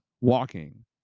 walking